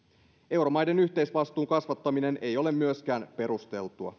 euromaiden yhteisvastuun kasvattaminen ei ole perusteltua